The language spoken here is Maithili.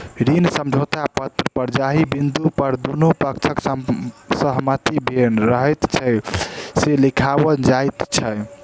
ऋण समझौता पत्र पर जाहि बिन्दु पर दुनू पक्षक सहमति भेल रहैत छै, से लिखाओल जाइत छै